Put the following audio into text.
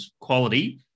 quality